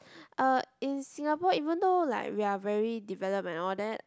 uh in Singapore even though like we are very developed and all that